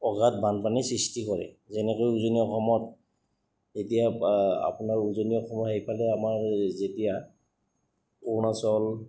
অগাধ বানপানীৰ সৃষ্টি কৰে যেনেকৈ উজনি অসমত এতিয়া আপোনাৰ উজনি অসমত সেইফালে আমাৰ যেতিয়া অৰুণাচল